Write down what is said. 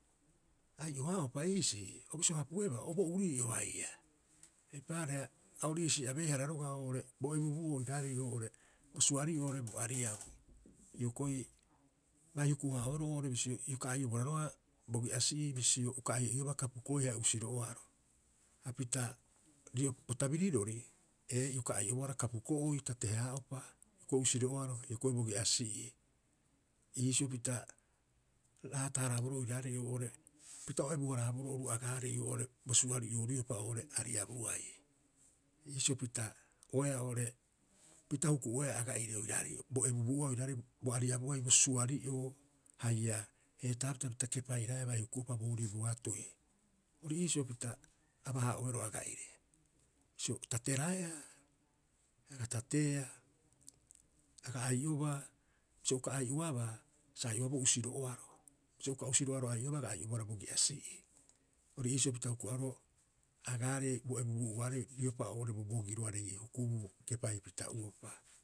Aio- haa'upa iisii, o bisio hapueba o bo urii'o haia, eipaareha. a ori ii'si abee- hara roga'a oo'ore bo ebubuu oiraarei oo'ore bo suari'oo oo'ore bo ariabuu. Hioko'i bai huku- haa'oeroo bisio ioka ai'obohara roga'a bogi'asi'ii bisio uka ai'o'iobaa kapuko'oi haia usiro'oaro. Hapita rio bo tabirirori ee, ioka ai'obohara kapuko'oi tate- haa'upa, hioko'i usiro'oaro hioko'i bogi'asi'ii. Iisio pita raata- haraaboroo oiraarei oo'ore pita o ebu- haraaboroo oru agaarei oo'ore bo suari'oo riopa oo'ore ariabuai. Iisio pita oeaa oo'ore pita huku'oea aga'ire oiraarei bo ebubuu'ua oiraarei bo ariabuai bo suari'oo haia heetaapita pita kepairaeaa bai huku'upa boorii bo atoi. Ori iisio pi aba- haa'oeroo aga'ire, bisio tareraeaa aga tateea, aga ai'obaa. Bisio uka ai'oabaa sa ai'oaboo usiro'oaro, bisio uka usiro'oaro ai'oabaa aga ai'obohara bogi'asi'ii. Ori iisio pita hukuraaro agaarei bo ebubuu'uaarei riopa oo'ore bobogiroarei hukubuu kepai pita'uropa.